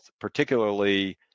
particularly